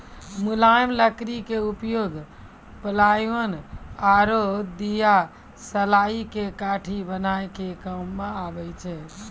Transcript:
मुलायम लकड़ी के उपयोग प्लायउड आरो दियासलाई के काठी बनाय के काम मॅ आबै छै